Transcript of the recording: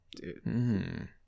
Dude